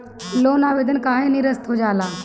Loan आवेदन काहे नीरस्त हो जाला?